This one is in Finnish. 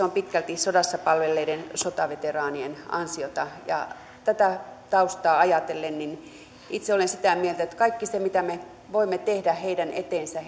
on pitkälti sodassa palvelleiden sotaveteraanien ansiota tätä taustaa vasten ajatellen itse olen sitä mieltä että on tehtävä kaikki se mitä me voimme tehdä heidän eteensä